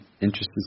Interested